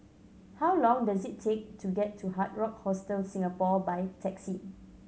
how long does it take to get to Hard Rock Hostel Singapore by taxi